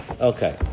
Okay